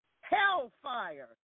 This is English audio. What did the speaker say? Hellfire